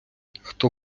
хто